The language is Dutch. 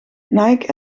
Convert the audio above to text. nike